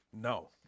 No